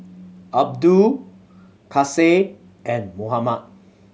Abdul Kasih and Muhammad